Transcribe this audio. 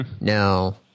No